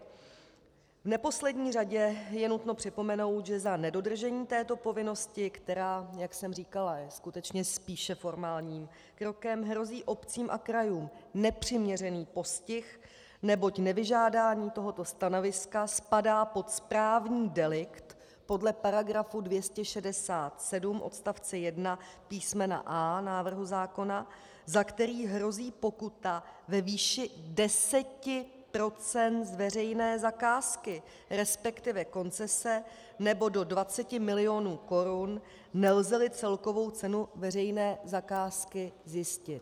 V neposlední řadě je nutno připomenout, že za nedodržení této povinnosti, která, jak jsem říkala, je skutečně spíše formálním krokem, hrozí obcím a krajům nepřiměřený postih, neboť nevyžádání tohoto stanoviska spadá pod správní delikt podle § 267 odst. 1 písm. a) návrhu zákona, za který hrozí pokuta ve výši 10 % z veřejné zakázky, resp. koncese, nebo do 20 mil. korun, nelzeli celkovou cenu veřejné zakázky zjistit.